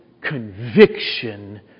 conviction